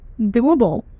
doable